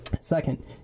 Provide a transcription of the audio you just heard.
Second